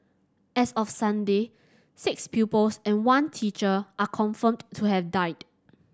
as of Sunday six pupils and one teacher are confirmed to have died